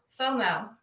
FOMO